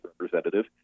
representative